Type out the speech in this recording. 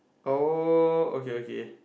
oh okay okay